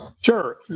Sure